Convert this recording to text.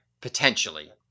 potentially